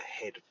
ahead